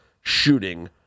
shooting